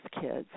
kids